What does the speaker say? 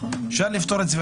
אפשר לפתור את זה,